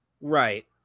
right